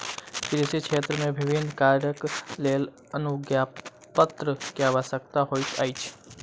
कृषि क्षेत्र मे विभिन्न कार्यक लेल अनुज्ञापत्र के आवश्यकता होइत अछि